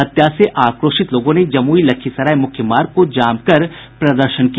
हत्या से आक्रोशित लोगों ने जमुई लखीसराय मुख्य मार्ग को जाम कर प्रदर्शन किया